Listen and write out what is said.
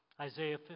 Isaiah